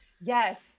Yes